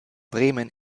bremen